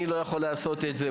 אני לא יכול לעשות את זה,